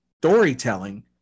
storytelling